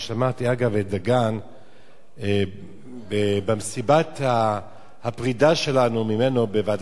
את דגן במסיבת הפרידה שלנו ממנו בוועדת החוץ והביטחון.